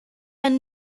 ano